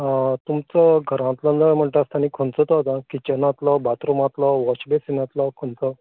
तुमचो घरांतलो नळ म्हणटा आसता न्ही खंयचो तो आतां किचनांतलो बाथरुमांतलो वॉश बेसिनांतलो खंयचो